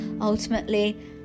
ultimately